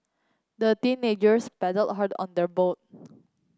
the teenagers paddled hard on their boat